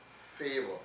favor